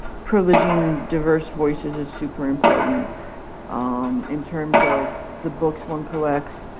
privileging diverse voices is super important um in terms of the books one collects,